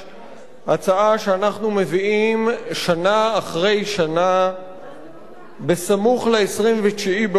הצעה שאנחנו מביאים שנה אחרי שנה בסמוך ל-29 באוקטובר,